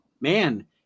man